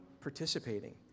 participating